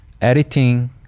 editing